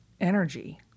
energy